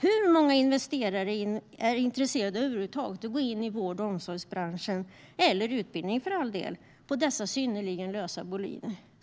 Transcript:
Hur många investerare är över huvud taget intresserade av att gå in i vård och omsorgsbranschen, eller utbildningsbranschen för all del, på dessa synnerligen lösa boliner?